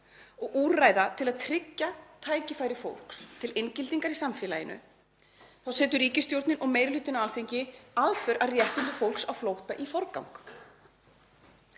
og úrræða til að tryggja tækifæri fólks til inngildingar í samfélaginu þá setur ríkisstjórnin og meiri hlutinn á Alþingi aðför að réttindum fólks á flótta í forgang.